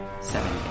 Seven